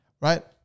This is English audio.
right